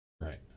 right